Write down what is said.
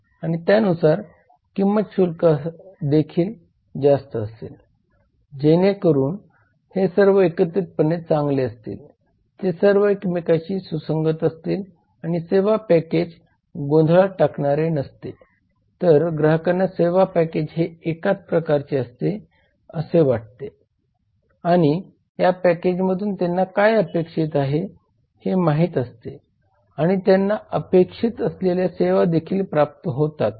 आणि त्यानुसार किंमत शुल्क देखील जास्त असेल जेणेकरून हे सर्व एकत्रितपणे चांगले चालतील ते सर्व एकमेकांशी सुसंगत असतील आणि सेवा पॅकेज गोंधळात टाकणारे नसते तर ग्राहकांना सेवा पॅकेज हे एकाच प्रकारचे असते असे वाटते आणि या पॅकेजमधून त्यांना काय अपेक्षित आहे हे माहित असते आणि त्यांना अपेक्षित असलेल्या सेवा देखील प्राप्त होतात